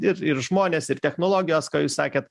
ir ir žmonės ir technologijos ką jūs sakėt